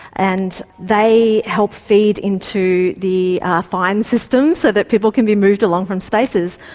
and they help feed into the fine system, so that people can be moved along from spaces,